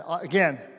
Again